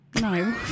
No